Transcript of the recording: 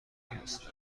هستند